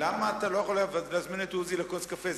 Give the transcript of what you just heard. למה אתה לא יכול להזמין את עוזי לכוס קפה?